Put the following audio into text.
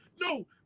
No